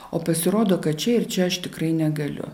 o pasirodo kad čia ir čia aš tikrai negaliu